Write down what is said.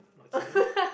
not kidding